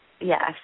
Yes